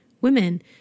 women